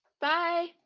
Bye